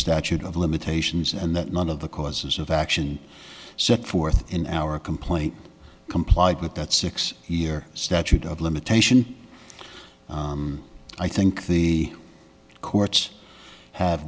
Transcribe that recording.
statute of limitations and that none of the causes of action set forth in our complaint complied with that six year statute of limitation i think the courts have